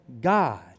God